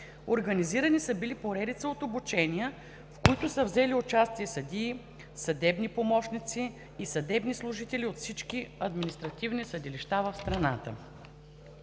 Организирани са били поредица от обучения, в които са взели участие съдии, съдебни помощници и съдебни служители от всички административни съдилища в страната.